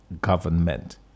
government